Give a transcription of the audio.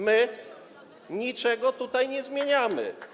My niczego tutaj nie zmieniamy.